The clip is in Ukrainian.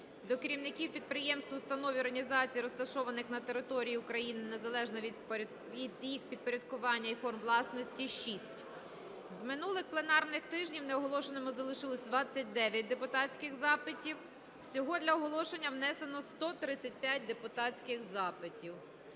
до керівників підприємств, установ і організацій розташованих на території України незалежно від їх підпорядкування і форм власності – 6. З минулих пленарних тижнів неоголошеними залишились 29 депутатських запитів. Всього для оголошення внесено 135 депутатських запитів.